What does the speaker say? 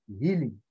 healing